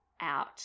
out